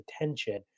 attention